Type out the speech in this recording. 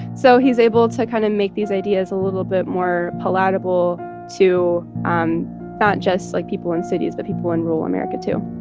so he's able to kind of make these ideas a little bit more palatable to um not just, like, people in cities but people in rural america, too